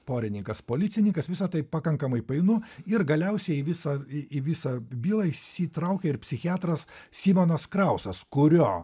porininkas policininkas visa tai pakankamai painu ir galiausiai į visą į visą bylą įsitraukia ir psichiatras simonas krausas kurio